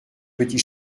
petit